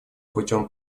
путем